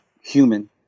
human